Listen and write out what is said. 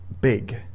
big